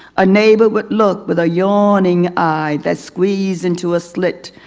a neighbor would look, with a yawning eye that squeezed into a slit.